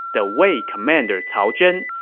the wei commander cao zhen,